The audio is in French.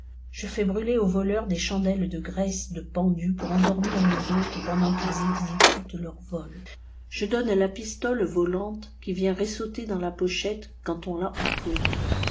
sorciers fais brûler aux voleurs des chandelles de graisse de pendu pour endormir les hôtes pendant qu'ils exécutent leur vol je donne la pistole volante qui vient ressauter dans la pochette ce quand on ta employée